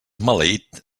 maleït